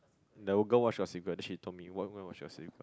the girl watch Gossip Girl then she told me watch go and watch Gossip Girl